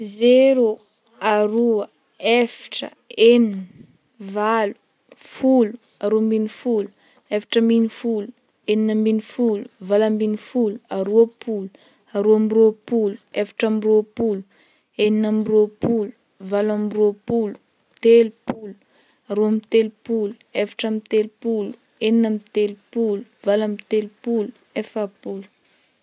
Zero, aroa, efatra, enina, valo, folo, aroa ambin'ny folo, efatra ambin'ny folo, enina ambin'ny folo, valo ambin'ny folo, aroapolo, aroa amby roapolo, efatra amby roapolo, enina amby roapolo, valo amby roapolo, telopolo, roa amby telopolo, efatra amby telopolo, enina amby telopolo, valo amby roapolo, efapolo.